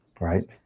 right